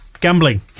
Gambling